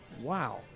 wow